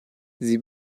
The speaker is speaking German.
sie